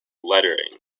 lettering